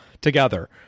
together